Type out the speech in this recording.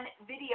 video